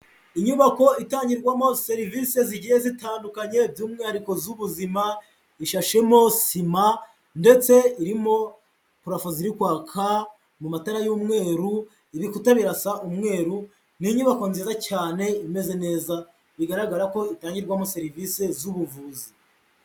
Inyubako itangirwamo serivisi zigiye zitandukanye by'umwihariko z'ubuzima, ishashemo sima ndetse irimo parafo ziri kwaka mu matara y'umweru, ibikuta birasa umweru, ni inyubako nziza cyane imeze neza. Biragaragara ko itangirwamo serivisi z'ubuvuzi.